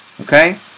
Okay